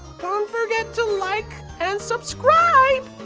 um forget to like and subscribe!